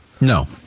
No